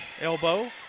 elbow